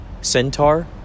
Centaur